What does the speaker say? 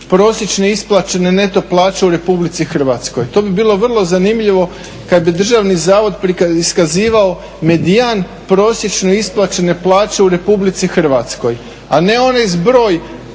prosječne isplaćene neto plaće u Republici Hrvatskoj. To bi bilo vrlo zanimljivo kad bi Državni zavod iskazivo medijan prosječno isplaćene plaće u Republici Hrvatskoj, a ne onaj zbroj